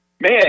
man